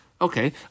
Okay